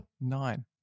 nine